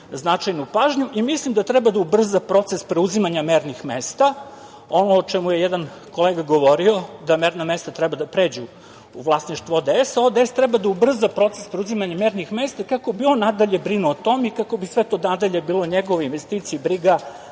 značajnu pažnju i mislim da treba da ubrza proces preuzimanja mernih mesta, ono o čemu je jedan kolega govorio, da merna mesta treba da pređu u vlasništvo ODS, ODS treba da ubrza proces preuzimanja mernih mesta kako bi on nadalje brinuo o tome i kako bi sve to nadalje bila njegova investicija i briga,